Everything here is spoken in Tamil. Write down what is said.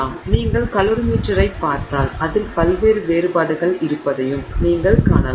எனவே நீங்கள் கலோரிமீட்டரைப் பார்த்தால் அதில் பல்வேறு வேறுபாடுகள் இருப்பதையும் நீங்கள் காணலாம்